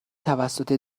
توسط